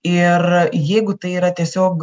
ir jeigu tai yra tiesiog